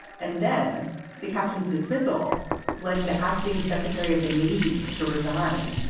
and then the captain's dismissal led the acting secretary of the navy to resign.